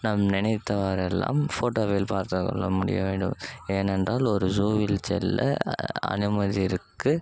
நாம் நினைத்தவாறெல்லாம் ஃபோட்டோவில் பார்த்துக் கொள்ள முடிய வேண்டும் ஏனென்றால் ஒரு ஜூவில் செல்ல அனுமதிக்கு